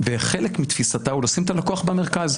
חלק מתפיסתה, הוא לשים את הלקוח במרכז.